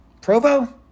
Provo